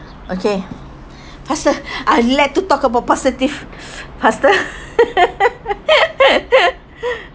okay faster I like to talk about positive faster